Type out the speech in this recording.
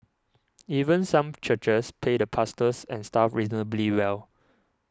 even some churches pay the pastors and staff reasonably well